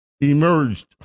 emerged